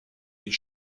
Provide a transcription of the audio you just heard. est